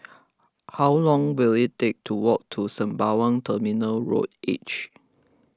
how long will it take to walk to Sembawang Terminal Road H